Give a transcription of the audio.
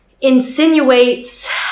insinuates